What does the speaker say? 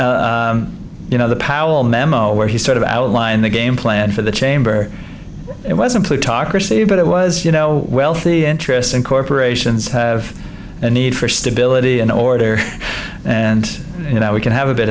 you know the powell memo where he sort of outlined the game plan for the chamber it wasn't plutocracy but it was you know wealthy interests and corporations have a need for stability in order and you know we can have a bit